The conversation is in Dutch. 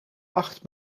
acht